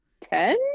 ten